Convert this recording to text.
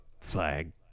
flag